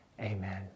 amen